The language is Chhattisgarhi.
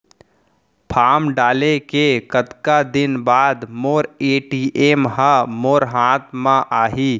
फॉर्म डाले के कतका दिन बाद मोर ए.टी.एम ह मोर हाथ म आही?